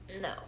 no